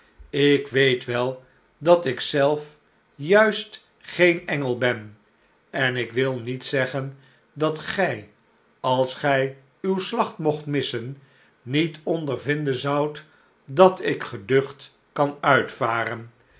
ik weet wel dat ik zelf juist geen engel ben en ik wil niet zeggen dat gij als gij uw slag mocht missen niet ondervinden zoudt dat ik geducht kan uitvaren